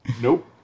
Nope